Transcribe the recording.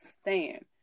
stand